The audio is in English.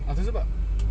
apa sebab